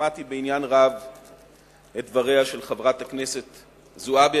שמעתי בעניין רב את דבריה של חברת הכנסת זועבי.